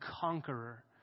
conqueror